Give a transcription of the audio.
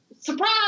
Surprise